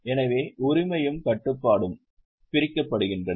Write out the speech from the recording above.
எனவே உரிமையும் கட்டுப்பாடும் பிரிக்கப்படுகின்றன